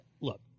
look